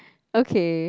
okay